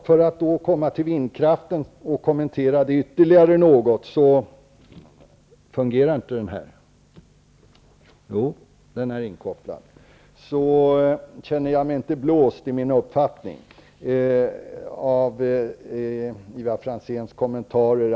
Herr talman! Låt mig alltså något ytterligare kommentera vindkraften. Jag känner mig inte blåst i min uppfattning på grund av Ivar Franzéns kommentarer.